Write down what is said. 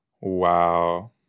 Wow